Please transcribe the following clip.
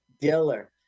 Diller